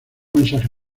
mensajes